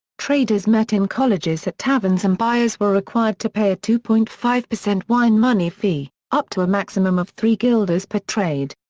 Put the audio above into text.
traders met in colleges at taverns and buyers were required to pay a two point five wine money fee, up to a maximum of three guilders per trade.